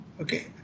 okay